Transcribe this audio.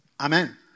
Amen